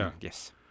Yes